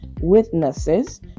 witnesses